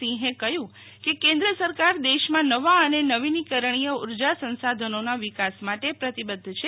સિંહે કહ્યું કે કેન્દ્ર સરકાર દેશમાં નવા અને નવીનીકરણીય ઉર્જા સંસાધનોના વિકાસ માટે પ્રતિબદ્ધ છે